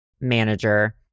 manager